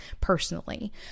personally